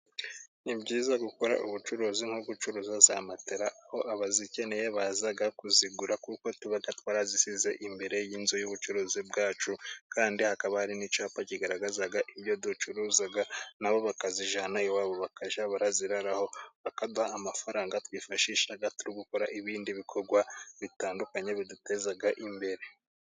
Ni byiza gukora ubucuruzi nko gucuruza za matera，aho abazikeneye baza kuzigura， kuko tuba twazisize imbere y'inzu y'ubucuruzi bwacu，kandi hakaba hari n'icyapa kigaragaza ibyo ducuruza，nabo bakazijyana iwabo，bakajya baziraraho， bakaduha amafaranga twifashisha， turi gukora ibindi bikorwa bitandukanye biduteza imbere.